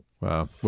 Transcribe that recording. Wow